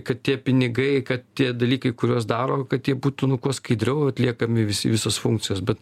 kad tie pinigai kad tie dalykai kuriuos daro kad jie būtų nu kuo skaidriau atliekami visi visos funkcijos bet